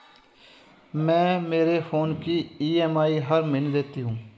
मैं मेरे फोन की ई.एम.आई हर महीने देती हूँ